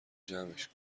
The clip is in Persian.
جمعش